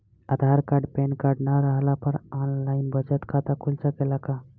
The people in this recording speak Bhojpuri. आधार कार्ड पेनकार्ड न रहला पर आन लाइन बचत खाता खुल सकेला का?